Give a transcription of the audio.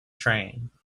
train